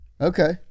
Okay